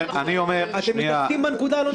--- אתם מתעסקים בנקודה הלא נכונה.